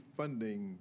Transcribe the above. funding